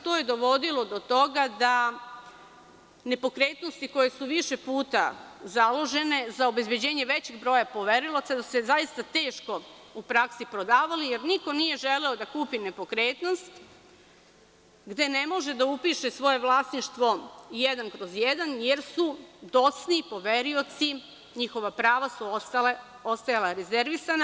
To je dovodilo do toga da su se nepokretnosti koje su više puta založene za obezbeđenje većeg broja poverilaca zaista teško u praksi prodavale, jer niko nije želeo da kupi nepokretnost gde ne može da upiše svoje vlasništvo jedan kroz jedan, jer su docniji poverioci, tj. njihova prava su ostajala rezervisana.